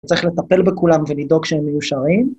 צריך לטפל בכולם ולדאוג שהם מיושרים.